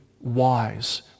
wise